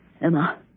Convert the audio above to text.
Emma